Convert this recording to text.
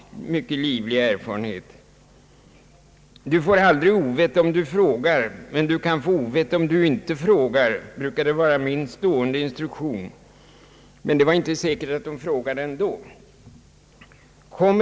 »Du får aldrig ovett om du frågar, men du kan få ovett om du inte frågar», så brukade jag formulera mitt råd. Men det var inte säkert att jag fick några frågor i alla fall.